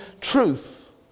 truth